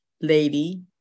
lady